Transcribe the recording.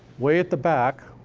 way at the back,